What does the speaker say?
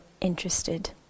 interested